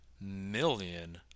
million